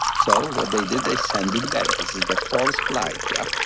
so what they did they sent it back. this is the fourth flight, yeah?